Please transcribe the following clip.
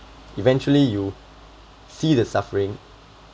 eventually you see the suffering